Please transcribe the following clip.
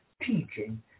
teaching